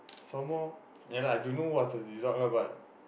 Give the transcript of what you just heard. some more ya lah I don't know what's the result lah but